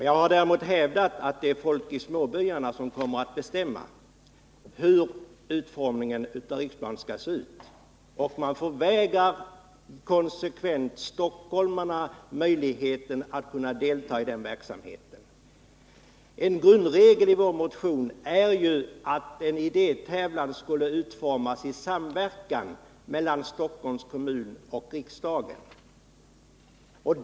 Jag har däremot sagt att det är folk i småbyarna som kommer att bestämma hur utformningen av Riksplan skall vara och att man konsekvent förvägrar stockholmarna möjligheten att delta i den verksamheten. En grundregel i vår motion är att en idétävlan skulle utformas i samverkan mellan Stockholms kommun och riksdagen.